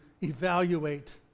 evaluate